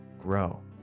grow